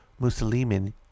Muslimin